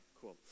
cool